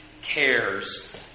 cares